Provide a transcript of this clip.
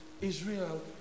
Israel